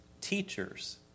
teachers